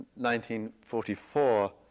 1944